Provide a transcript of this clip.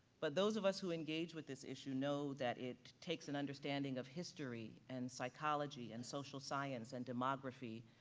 but those of us who engage with this issue know that it takes an understanding of history and psychology and social science and demography,